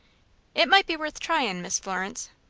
it might be worth tryin', miss florence.